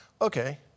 Okay